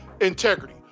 integrity